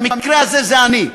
במקרה הזה אני,